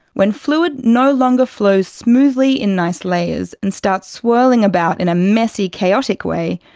when fluid no longer flows smoothly in nice layers and starts swirling about in a messy chaotic way,